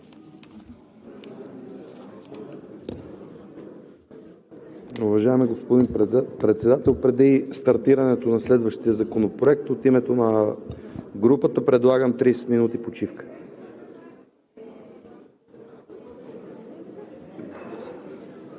Уважаеми господин Председател, преди стартирането на следващия законопроект от името на групата предлагам 30 минути почивка.